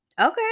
Okay